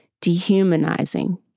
Dehumanizing